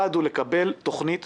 לקיים ביום חמישי כבר תציג